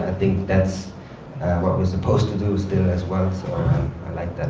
ah think that's what we're supposed to do still as well, so i like that.